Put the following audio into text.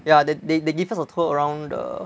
ya they they they give us a tour around the